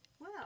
Wow